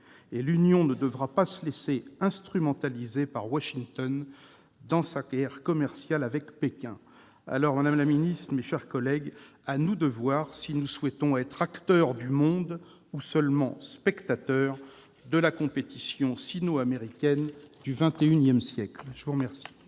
européenne ne devra pas se laisser instrumentaliser par Washington dans sa guerre commerciale avec Pékin. Madame la secrétaire d'État, mes chers collègues, à nous de voir si nous souhaitons être acteur du monde ou seulement spectateur de la compétition sino-américaine du XXI siècle ! Bravo ! Très bien